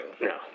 no